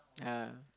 yeah